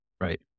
right